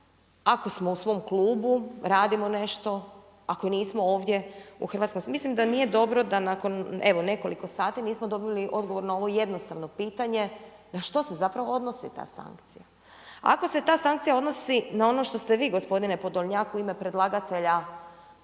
ako smo u svom klubu, radimo nešto, ako nismo ovdje u …/Govornica se ne razumije./…. Mislim da nije dobro da nakon, evo nekoliko sati, nismo dobili odgovor na ovo jednostavno pitanje, na što se zapravo odnosi ta sankcija. Ako se ta sankcija odnosi na ono što ste vi gospodine Podolnjak u ime predlagatelja